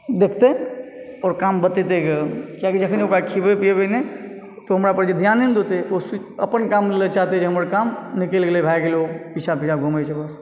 देखतै आओर काम बतेतैग किआकि जखने ओकरा खिएबै पिएबै नहि तऽ ओ हमरा पर जे ध्याने नहि देतय ओ सुइ अपन काम लऽ चाहतै जे हमर काम निकलि गेलय भै गेलय ओ पीछाँ पीछाँ घुमैत छै बस